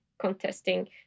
contesting